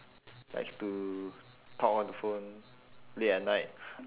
likes to talk on the phone late at night